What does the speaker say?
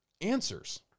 answers